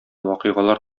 вакыйгалар